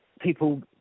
people